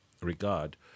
regard